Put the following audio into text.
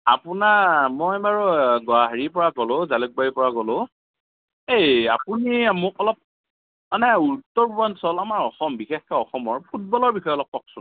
আপোনাৰ মই বাৰু গুৱা হেৰিৰ পৰা ক'লো জালুকবাৰীৰ পৰা ক'লো এই আপুনি মোক অলপ মানে উত্তৰ পূৰ্বাঞ্চল আমাৰ অসম বিশেষকে অসমৰ ফুটবলৰ বিষয়ে অলপ কওকচোন